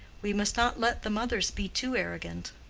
we must not let the mothers be too arrogant.